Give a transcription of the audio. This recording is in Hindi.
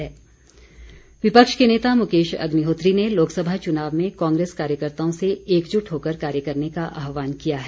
अग्निहोत्री विपक्ष के नेता मुकेश अग्निहोत्री ने लोकसभा चुनाव में कांग्रेस कार्यकर्ताओ से एकजुट होकर कार्य करने का आहवान किया है